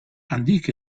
handik